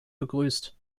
begrüßt